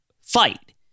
fight